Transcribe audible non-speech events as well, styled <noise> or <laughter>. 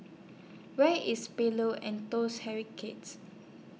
Where IS Pillows and Toast <unintelligible>